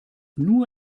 nur